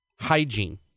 hygiene